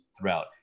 throughout